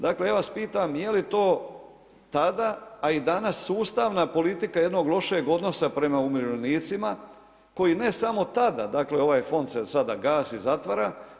Dakle, ja vas pitam je li to tada a i danas sustavna politika jednog lošeg odnosa prema umirovljenicima koji ne samo tada, dakle ovaj fond se sada gasi, zatvara.